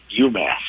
UMass